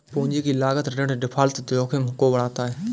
पूंजी की लागत ऋण डिफ़ॉल्ट जोखिम को बढ़ाता है